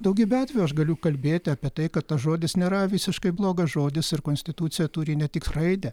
daugybe atveju aš galiu kalbėti apie tai kad tas žodis nėra visiškai blogas žodis ir konstitucija turi ne tik raidę